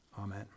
Amen